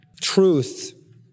truth